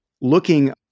looking